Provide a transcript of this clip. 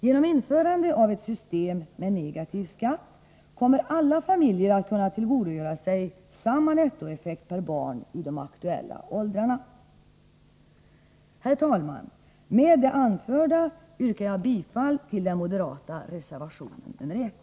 Genom införande av ett system med negativ skatt kommer alla familjer att kunna tillgodogöra sig samma nettoeffekt per barn i de aktuella åldrarna. Herr talman! Med det anförda yrkar jag bifall till den moderata reservationen nr 1.